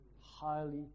Highly